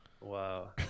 Wow